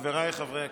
חבריי חברי הכנסת,